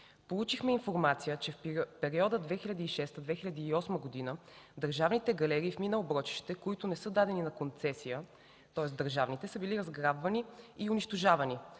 Получихме информация, че в периода 2006-2008 г. държавните галерии в мина „Оброчище”, които не са дадени на концесия, тоест държавните, са били разграбвани и унищожавани.